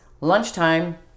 Lunchtime